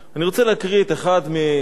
אני רוצה להקריא את אחד מעשרות,